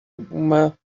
uma